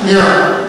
שנייה.